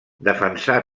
defensà